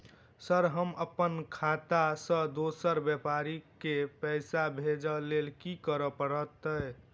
Sir हम अप्पन खाता सऽ दोसर व्यापारी केँ पैसा भेजक लेल की करऽ पड़तै?